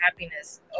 happiness